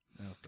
Okay